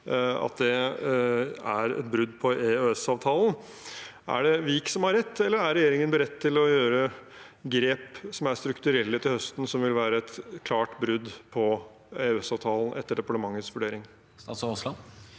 – at er et brudd på EØS-avtalen. Er det Vik som har rett, eller er regjeringen beredt til å gjøre strukturelle grep til høsten som vil være et klart brudd på EØS-avtalen, etter departementets vurdering?